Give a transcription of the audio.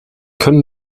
können